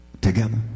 together